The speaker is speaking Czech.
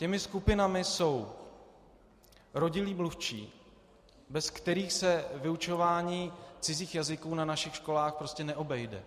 Těmi skupinami jsou rodilí mluvčí, bez kterých se vyučování cizích jazyků na našich školách prostě neobejde.